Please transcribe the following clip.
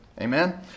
Amen